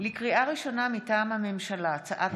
4 מזכירת הכנסת ירדנה מלר-הורוביץ: 4 הצעת